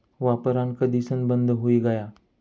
वापरान कधीसन बंद हुई गया